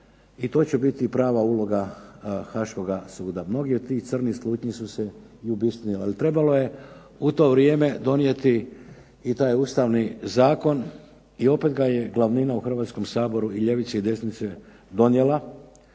i to će biti prava uloga Haškoga suda. Mnoge od tih crnih slutnji su se obistinile. Ali trebalo je u to vrijeme donijeti i taj Ustavni zakon i opet ga je glavnina u Hrvatskom saboru i ljevica i desnica donijela,